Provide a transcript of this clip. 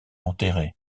enterré